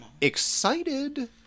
Excited